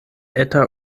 eta